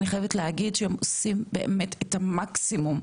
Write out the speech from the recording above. אני חייבת להגיד שהם עושים באמת את המקסימום,